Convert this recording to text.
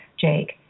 jake